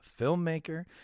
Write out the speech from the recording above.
filmmaker